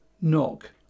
Knock